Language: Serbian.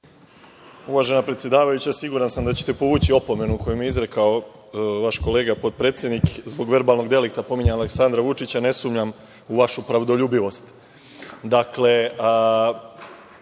Uvažena predsedavajuća, siguran sam da ćete povući opomenu koju mi je izrekao vaš kolega, potpredsednik, zbog verbalnog delikta, pominjanja Aleksandra Vučića. Ne sumnjam u vašu pravdoljubivost. Dakle,